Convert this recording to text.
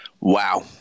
Wow